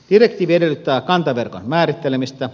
direktiivi edellyttää kantaverkon määrittelemistä